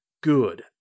Good